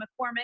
McCormick